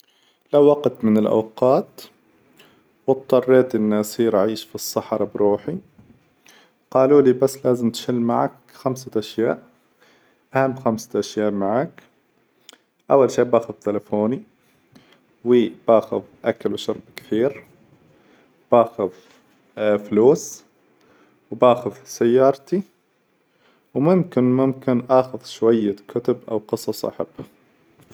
لو وقت من الأوقات واظطريت إني أسير أعيش في الصحراء بروحي، قالوا لي بس لازم اتشيل معاك خمسة أشياء، أهم خمسة أشياء معاك أول شي باخذ تلفوني، وباخذ أكل وشرب كثير، باخذ فلوس، وباخذ سيارتي، وممكن ممكن آخذ شوية كتب أو قصص أحبها.